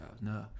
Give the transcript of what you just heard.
No